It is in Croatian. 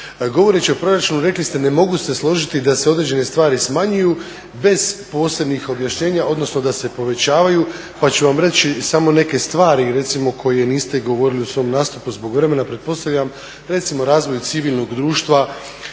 Govoreći o proračunu, rekli ste ne mogu se složiti da se određene stvari smanjuju bez posebnih objašnjenja, odnosno da se povećavaju pa ću vam reći samo neke stvari, recimo koje niste govorili u svom nastupu, zbog vremena pretpostavljam, recimo razvoju civilnog društva